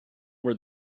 were